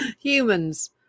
humans